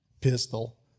pistol